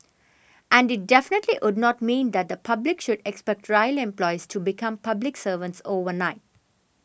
and it definitely would not mean that the public should expect rail employees to become public servants overnight